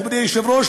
מכובדי היושב-ראש,